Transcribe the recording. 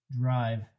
drive